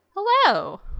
Hello